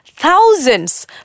Thousands